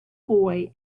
boy